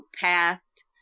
past